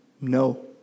No